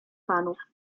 panów